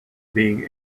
being